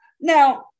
Now